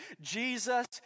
Jesus